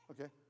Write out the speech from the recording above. Okay